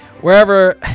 wherever